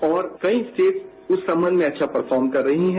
और कई स्टेट्स उस सम्बन्ध में अच्छा परफार्म कर रही हैं